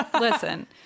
Listen